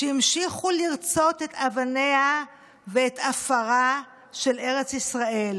שהמשיכו לרצות את אבניה ואת עפרה של ארץ ישראל,